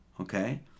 Okay